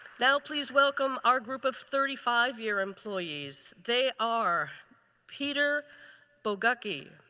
now please welcome our group of thirty five year employees. they are peter bogake.